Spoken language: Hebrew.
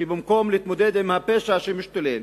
במקום להתמודד עם הפשע שמשתולל,